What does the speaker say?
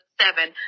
seven